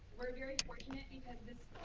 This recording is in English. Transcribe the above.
we're very fortunate, because this